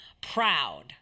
proud